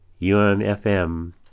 UMFM